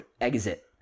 exit